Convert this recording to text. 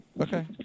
okay